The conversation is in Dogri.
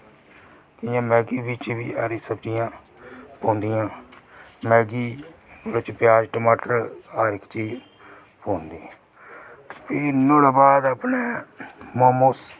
इं'या मैगी बिच बी हरी सब्जियां पौंदियां मैगी नुहाड़े च प्याज़ टमाटर हर इक चीज़ पौंदी ऐ भी नुहाड़े बाद अपने मोमोस